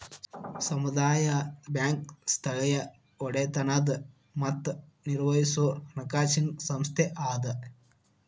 ಸಮುದಾಯ ಬ್ಯಾಂಕ್ ಸ್ಥಳೇಯ ಒಡೆತನದ್ ಮತ್ತ ನಿರ್ವಹಿಸೊ ಹಣಕಾಸಿನ್ ಸಂಸ್ಥೆ ಅದ